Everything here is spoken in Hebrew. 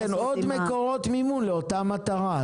עם --- זה עוד מקורות מימון לאותה מטרה.